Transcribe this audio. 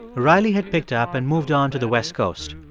riley had picked up and moved on to the west coast